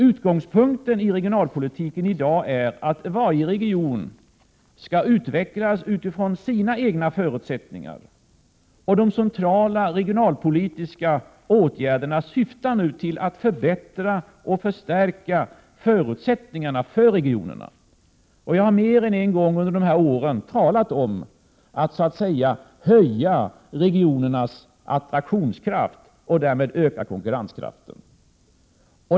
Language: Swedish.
Utgångspunkten i regionalpolitiken i dag är att varje region skall utvecklas utifrån sina egna förutsättningar. De centrala regionalpolitiska åtgärderna syftar nu till att förbättra och förstärka förutsättningarna för regionerna. Jag har mer än en gång under dessa år talat om att höja regionernas attraktionskraft och därmed öka konkurrenskraften.